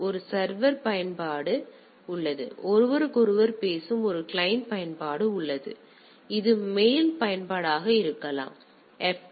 எனவே ஒரு சர்வ பயன்பாடு உள்ளது ஒருவருக்கொருவர் பேசும் ஒரு கிளையன்ட் பயன்பாடு உள்ளது இது மெயில் பயன்பாடாக இருக்கலாம் இது எஃப்